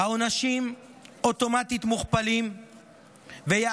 העונשים עליו מוכפלים אוטומטית.